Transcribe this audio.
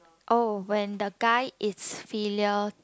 oh when the guy is filial